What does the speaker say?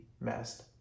messed